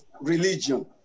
religion